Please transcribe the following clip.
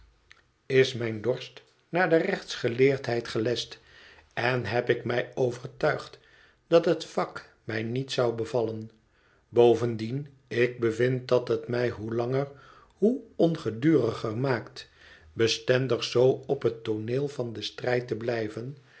is mijn dorst naar de rechtsgeleerdheid gelescht en heb ik mij overtuigd dat het vak mij niet zou bevallen bovendien ik bevind dat het mij hoe langer hoe ongeduriger maakt bestendig zoo op het tooneel van den strijd te blijven